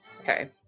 Okay